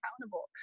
accountable